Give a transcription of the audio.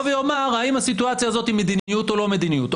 ויאמר האם הסיטואציה הזאת היא מדיניות או לא מדיניות.